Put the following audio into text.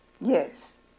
Yes